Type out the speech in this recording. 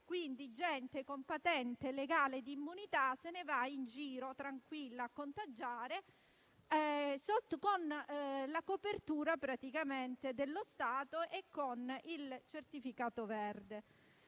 Quindi gente con patente legale di immunità se ne va in giro tranquilla a contagiare con la copertura dello Stato e con il certificato verde.